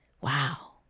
wow